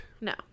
No